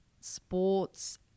sports